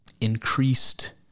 Increased